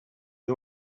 est